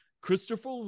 Christopher